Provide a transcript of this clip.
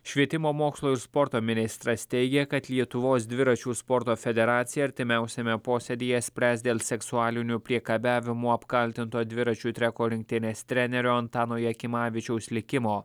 švietimo mokslo ir sporto ministras teigia kad lietuvos dviračių sporto federacija artimiausiame posėdyje spręs dėl seksualiniu priekabiavimu apkaltinto dviračių treko rinktinės trenerio antano jakimavičiaus likimo